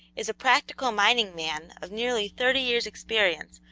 is a practical mining man of nearly thirty years' experience,